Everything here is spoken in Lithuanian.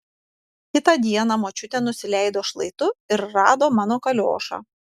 kitą dieną močiutė nusileido šlaitu ir rado mano kaliošą